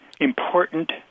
important